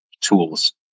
tools